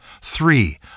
Three